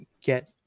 get